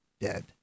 dead